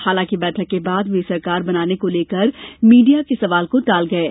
हालांकि बैठक के बाद वे सरकार बनाने को लेकर मीडिया के सवाल को टाल गये